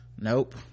nope